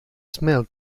smell